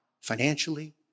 financially